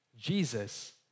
Jesus